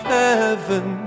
heaven